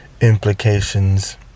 implications